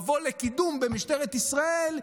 מבוא לקידום במשטרת ישראל,